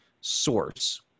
source